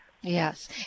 Yes